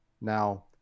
Now